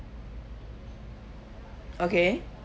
okay